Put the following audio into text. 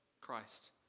Christ